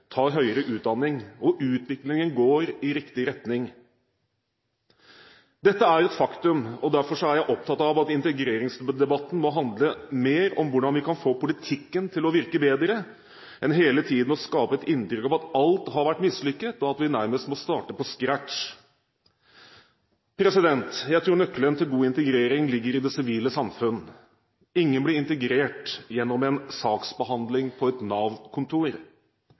tar høyere utdanning. Utviklingen går i riktig retning. Dette er et faktum, og derfor er jeg opptatt av at integreringsdebatten må handle mer om hvordan vi kan få politikken til å virke bedre, enn hele tiden å skape et inntrykk av at alt har vært mislykket, og at vi nærmest må starte på skratch. Jeg tror nøkkelen til god integrering ligger i det sivile samfunn. Ingen blir integrert gjennom en saksbehandling på et